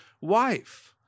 wife